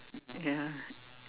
ya